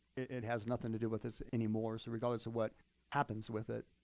it has nothing to do with us anymore. so regardless of what happens with it,